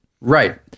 right